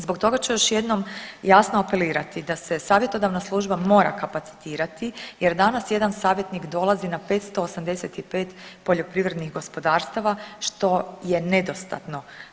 Zbog toga ću još jednom jasno apelirati da se savjetodavna služba mora kapacitirati jer danas jedan savjetnik dolazi na 585 poljoprivrednih gospodarstava što je nedostatno.